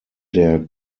der